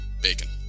Bacon